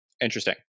Interesting